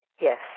Yes